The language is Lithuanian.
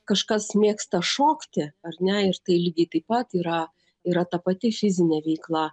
kažkas mėgsta šokti ar ne ir tai lygiai taip pat yra yra ta pati fizinė veikla